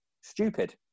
Stupid